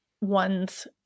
one's